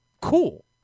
Cool